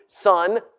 son